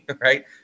right